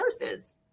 nurses